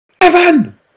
Evan